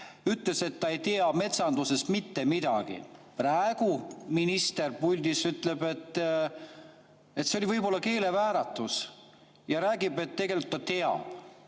ütles, et ta ei tea metsandusest mitte midagi. Praegu minister puldis ütleb, et see oli võib‑olla keelevääratus, ja räägib, et tegelikult ta teab.